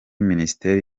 minisiteri